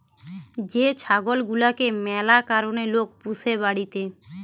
যে ছাগল গুলাকে ম্যালা কারণে লোক পুষে বাড়িতে